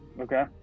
Okay